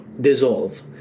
dissolve